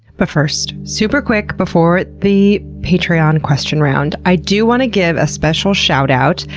but first, super quick before the patreon question round, i do want to give a special shout out.